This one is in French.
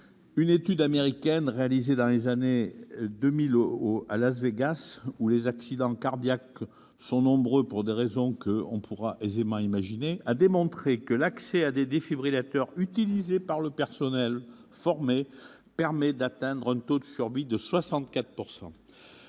Une étude américaine réalisée dans les années 2000 dans les casinos de Las Vegas, où les accidents cardiaques sont nombreux pour des raisons que chacun pourra aisément imaginer, a démontré que l'accès à des défibrillateurs utilisés par du personnel formé permet d'atteindre un taux de survie de 74 %.